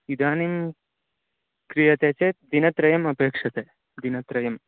इदानीं क्रियते चेत् दिनत्रयम् अपेक्ष्यते दिनत्रयं